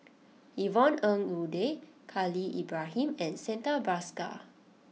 Yvonne Ng Uhde Khalil Ibrahim and Santha Bhaskar